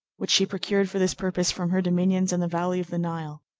which she procured for this purpose from her dominions in the valley of the nile.